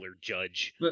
Judge